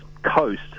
coast